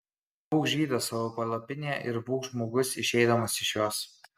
būk žydas savo palapinėje ir būk žmogus išeidamas iš jos